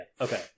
Okay